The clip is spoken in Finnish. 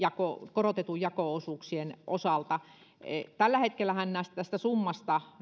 korotettujen jako osuuksien osalta tällä hetkellähän tästä summasta